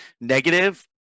negative